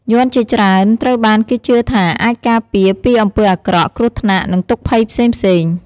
យ័ន្តជាច្រើនត្រូវបានគេជឿថាអាចការពារពីអំពើអាក្រក់ គ្រោះថ្នាក់ និងទុក្ខភ័យផ្សេងៗ។